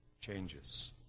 changes